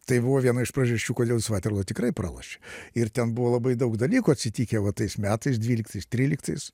tai buvo viena iš priežasčių kodėl jis vaterlo tikrai pralošė ir ten buvo labai daug dalykų atsitikę vatais metais dvyliktais tryliktais